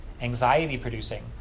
anxiety-producing